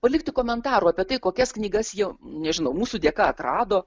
palikti komentarų apie tai kokias knygas jie nežinau mūsų dėka atrado